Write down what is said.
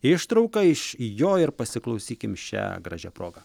ištrauką iš jo ir pasiklausykim šia gražia proga